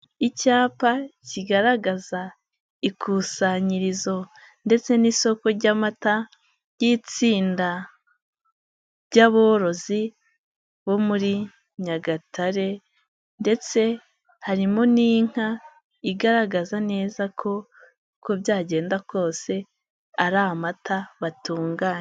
Icyapa kigaragaza ikusanyirizo ndetse n'isoko ry'amata ry'itsinda ry'aborozi bo muri nyagatare ndetse harimo n'inka igaragaza neza ko uko byagenda kose ari amata batunganya.